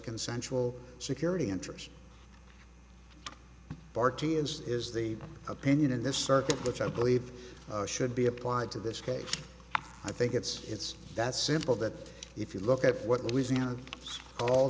consensual security interest party as is the opinion in this circuit which i believe should be applied to this case i think it's it's that simple that if you look at what louisiana al